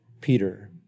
Peter